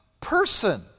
person